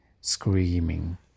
screaming